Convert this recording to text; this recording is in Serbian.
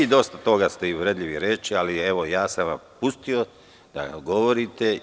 Dosta toga ste uvredljivo rekli, ali sam vas pustio da govorite.